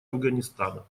афганистана